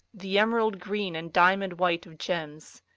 the emerald-green and diamond-white of gems.